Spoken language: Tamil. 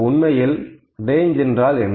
உண்மையில் ரேஞ்ச் என்றால் என்ன